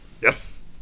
Yes